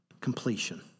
completion